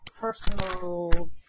personal